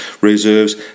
reserves